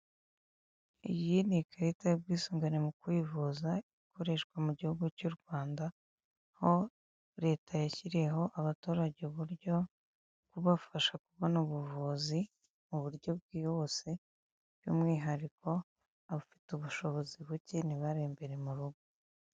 Iyi ni ikarita y'ubwisungane mu kwivuza, ikoreshwa mu gihugu cy'u Rwanda, aho leta yashyiriyeho abaturage uburyo bwo kubashaba kubona ubuvuzi mu buryo bwisuhe, by'umwihariko abafite ubushobozi buke ntibarembere mu rugo.